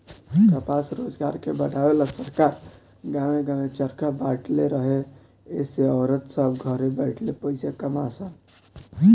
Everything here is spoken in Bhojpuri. कपास रोजगार के बढ़ावे ला सरकार गांवे गांवे चरखा बटले रहे एसे औरत सभ घरे बैठले पईसा कमा सन